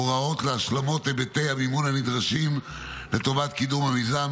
הוראות להשלמות היבטי המימון הנדרשים לטובת קידום המיזם,